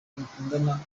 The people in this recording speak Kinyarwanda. bakundana